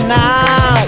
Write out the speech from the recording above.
now